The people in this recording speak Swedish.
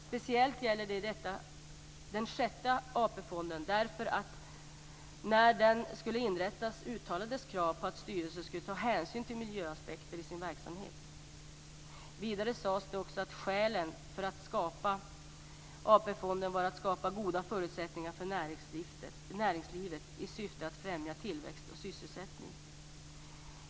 Speciellt gäller detta sjätte AP-fonden, eftersom det när den skulle inrättas uttalades krav på att styrelsen skulle ta hänsyn till miljöaspekter i sin verksamhet. Det sades också att skälet för att inrätta AP-fonden var att skapa goda förutsättningar för näringslivet i syfte att främja tillväxt och sysselsättning.